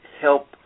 help